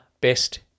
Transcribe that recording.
Best